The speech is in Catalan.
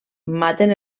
maten